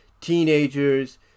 teenagers